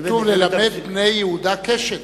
כתוב: ללמד בני יהודה קשת.